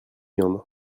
viande